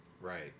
Right